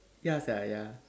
ya sia ya